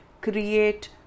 create